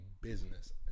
business